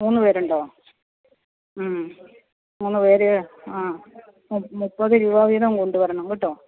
മൂന്നു പേരുണ്ടോ മൂന്നു പേര് ആ മുപ്പത് രൂപ വീതം കൊണ്ടുവരണം കേട്ടോ